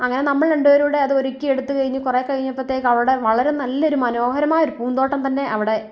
അങ്ങനെ നമ്മൾ രണ്ടു പേരൂടെ അത് ഒരുക്കിയെടുത്തു കഴിഞ്ഞ് കുറെ കഴിഞ്ഞപ്പോഴത്തേക്ക് അവിടെ വളരെ നല്ലൊരു മനോഹരമായ ഒരു പൂന്തോട്ടം തന്നെ അവിടെ